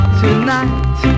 tonight